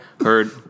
heard